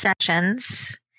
sessions